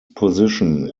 position